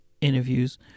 interviews